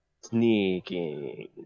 Sneaking